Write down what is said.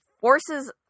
forces